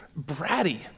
bratty